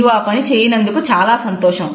నీవు ఆ పని చేయనందుకు చాలా సంతోషము